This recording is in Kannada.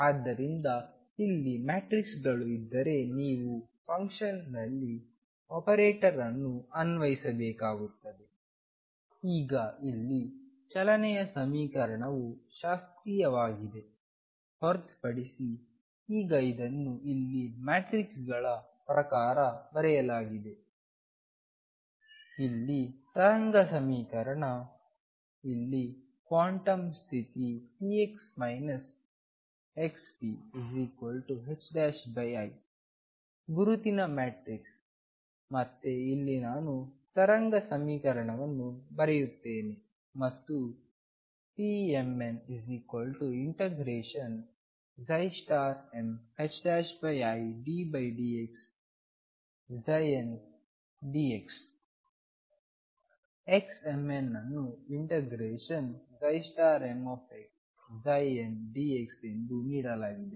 ಆದ್ದರಿಂದ ಇಲ್ಲಿ ಮ್ಯಾಟ್ರಿಕ್ಸ್ಗಳು ಇದ್ದರೆ ನೀವು ಫಂಕ್ಷನ್ ನಲ್ಲಿ ಆಪರೇಟರ್ ಅನ್ನು ಅನ್ವಯಿಸಬೇಕಾಗುತ್ತದೆ ಈಗ ಇಲ್ಲಿ ಚಲನೆಯ ಸಮೀಕರಣವು ಶಾಸ್ತ್ರೀಯವಾಗಿದೆ ಹೊರತುಪಡಿಸಿ ಈಗ ಇದನ್ನು ಇಲ್ಲಿ ಮ್ಯಾಟ್ರಿಕ್ಸ್ ಗಳ ಪ್ರಕಾರ ಬರೆಯಲಾಗಿದೆ ಇಲ್ಲಿ ತರಂಗ ಸಮೀಕರಣ ಇಲ್ಲಿ ಕ್ವಾಂಟಮ್ ಸ್ಥಿತಿ px xpi ಗುರುತಿನ ಮ್ಯಾಟ್ರಿಕ್ಸ್ ಮತ್ತೆ ಇಲ್ಲಿ ನಾನು ತರಂಗ ಸಮೀಕರಣವನ್ನು ಬರೆಯುತ್ತೇನೆ ಮತ್ತು pmn∫middx ndx xmn ಅನ್ನು ∫mxndxಎಂದು ನೀಡಲಾಗಿದೆ